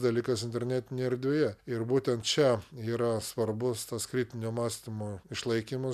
dalykas internetinėje erdvėje ir būtent čia yra svarbus tas kritinio mąstymo išlaikymas